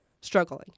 struggling